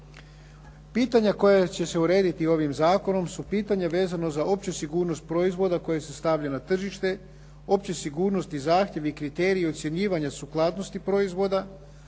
Pitanja koja će se urediti ovim zakonom su pitanja vezano za opću sigurnost proizvoda koja se stavlja na tržište, opću sigurnosti i zahtjevi i kriteriji ocjenjivanja sukladnosti proizvoda,